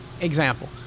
example